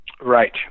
right